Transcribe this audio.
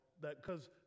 that—because